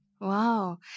Wow